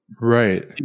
Right